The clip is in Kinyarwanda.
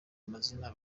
amazina